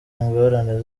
ingorane